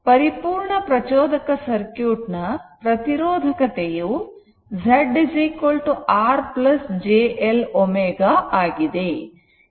ಪರಿಪೂರ್ಣ ಪ್ರಚೋದಕ ಸರ್ಕ್ಯೂಟ್ ನ ಪ್ರತಿರೋಧಕತೆಯು Z R j L ω ಆಗಿದೆ